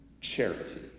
charity